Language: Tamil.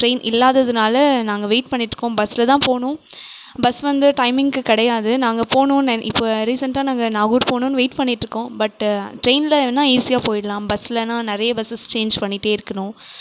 டிரெயின் இல்லாததுனால் நாங்கள் வெயிட் பண்ணிட்டுருக்கோம் பஸ்லதான் போவணும் பஸ் வந்து டைமிங்க்கு கிடையாது நாங்கள் போவணுன்னு நெ இப்போ ரீசெண்ட்டாக நாங்கள் நாகூர் போவணுன்னு வெயிட் பண்ணிட்டுருக்கோம் பட்டு டிரெயின்லன்னா ஈஸியாக போயிட்லாம் பஸ்லன்னா நிறைய பஸ்ஸஸ் சேஞ்ச் பண்ணிகிட்டே இருக்கணும்